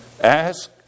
Ask